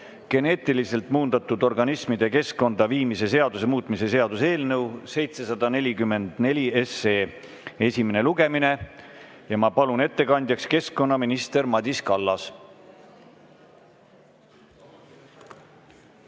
geneetiliselt muundatud organismide keskkonda viimise seaduse muutmise seaduse eelnõu 744 esimene lugemine. Ja ma palun ettekandjaks keskkonnaminister Madis Kallase.